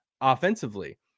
offensively